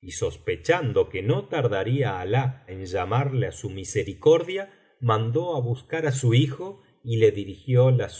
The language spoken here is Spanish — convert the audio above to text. y sospechando que no tardaría alah en llamarle á su misericordia mandó á buscar á su hijo y le dirigió las